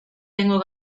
tengo